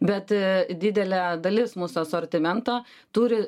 bet didelė dalis mūsų asortimento turi